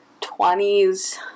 20s